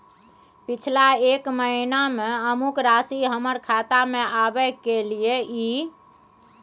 पिछला एक महीना म अमुक राशि हमर खाता में आबय कैलियै इ?